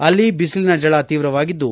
ಅಲ್ಲಿ ಬಿಸಲಿನ ಝಳ ತೀವ್ರವಾಗಿದ್ದು